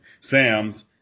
Sam's